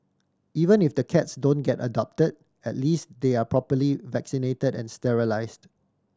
even if the cats don't get adopted at least they are properly vaccinated and sterilised